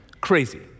crazy